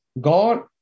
God